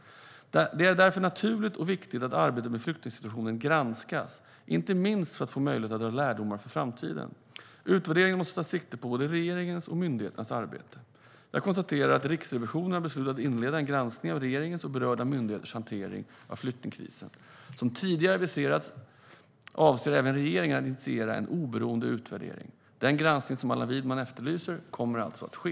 Det är därför naturligt och viktigt att arbetet med flyktingsituationen granskas, inte minst för att få möjlighet att dra lärdomar för framtiden. Utvärderingen måste ta sikte på både regeringens och myndigheternas arbete. Jag konstaterar att Riksrevisionen har beslutat att inleda en granskning av regeringens och berörda myndigheters hantering av flyktingkrisen. Som tidigare aviserats avser även regeringen att initiera en oberoende utvärdering. Den granskning som Allan Widman efterlyser kommer alltså att ske.